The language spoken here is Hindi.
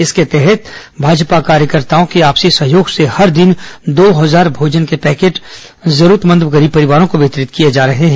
इसके तहत भाजपा कार्यकर्ताओं के आपसी सहयोग से हर दिन दो हजार भोजन के पैकेट जरूरतमंद गरीब परिवारों को वितरित किए जा रहे हैं